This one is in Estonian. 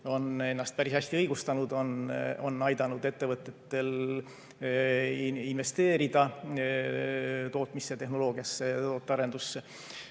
on ennast päris hästi õigustanud, on aidanud ettevõtetel investeerida tootmistehnoloogiasse ja tootearendusse